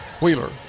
Wheeler